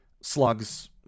slugs